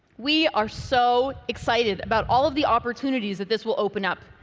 we are so excited about all of the opportunities that this will open up,